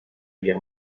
guerre